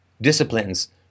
disciplines